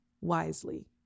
wisely